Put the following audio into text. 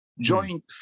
joint